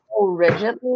originally